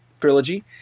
trilogy